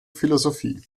philosophie